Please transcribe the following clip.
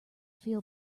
feel